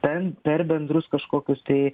ar per bendrus kažkokius tai